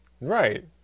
Right